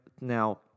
now